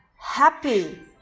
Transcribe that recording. Happy